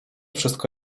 wszystko